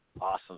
Awesome